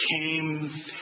came